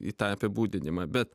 į tą apibūdinimą bet